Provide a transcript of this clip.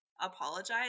apologize